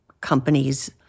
companies